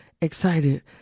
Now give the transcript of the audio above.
excited